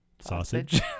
sausage